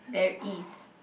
there is